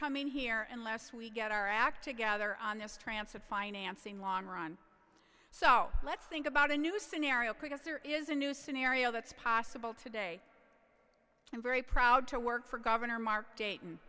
coming here and less we get our act together on this transfer financing long run so let's think about a new scenario because there is a new scenario that's possible today i'm very proud to work for governor mark